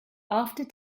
after